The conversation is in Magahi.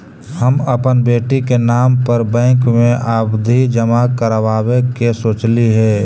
हम अपन बेटी के नाम पर बैंक में आवधि जमा करावावे के सोचली हे